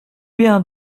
bien